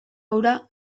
hura